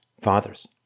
fathers